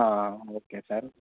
okay sir